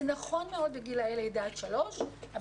זה נכון מאוד לגילי לידה עד שלוש אבל